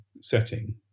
setting